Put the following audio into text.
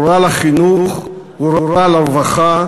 הוא רע לחינוך, הוא רע לרווחה,